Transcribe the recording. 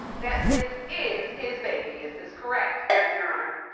that this is his baby. is this correct? yes, your honor.